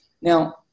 Now